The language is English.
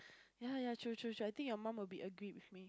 ya ya true true true I think you mum will be agreed with me